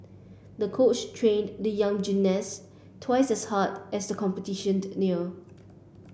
the coach trained the young gymnast twice as hard as the competition neared